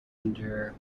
under